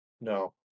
No